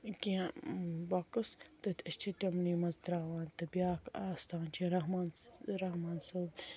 کینٛہہ بۄکُس تہٕ أسۍ چھِ تِمنٕے منٛز ترٛاوان تہٕ بِیاکھ آستان چھُ رَحمان رَحمان صٲب